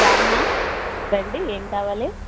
రామ్మా రండి ఏం కావాలి